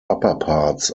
upperparts